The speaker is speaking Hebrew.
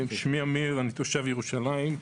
שמי אמיר ואני תושב ירושלים,